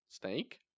Snake